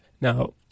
Now